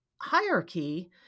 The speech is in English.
hierarchy